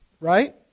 Right